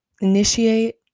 initiate